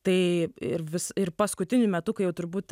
tai ir vis ir paskutiniu metu kai jau turbūt